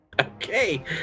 Okay